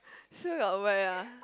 still got where ah